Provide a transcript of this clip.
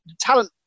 talent